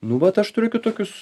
nu vat aš turiu kitokius